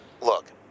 Look